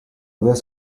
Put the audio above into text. this